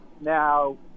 now